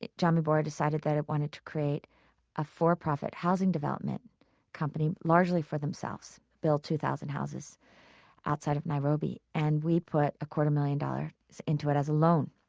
jamii bora decided that it wanted to create a for-profit housing development company largely for themselves, build two thousand houses outside of nairobi, and we put a quarter million dollars into it as a loan.